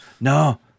No